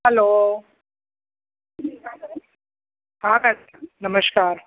हलो हा त नमस्कार